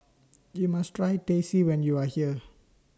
YOU must Try Teh C when YOU Are here